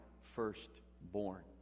firstborn